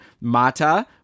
Mata